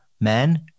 men